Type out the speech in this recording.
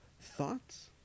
thoughts